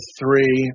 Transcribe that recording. three